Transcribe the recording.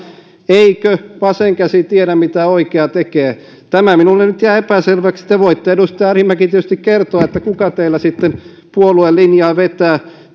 eikö vasen käsi tiedä mitä oikea tekee tämä minulle nyt jää epäselväksi te voitte edustaja arhinmäki tietysti kertoa kuka teillä sitten puolueen linjaa vetää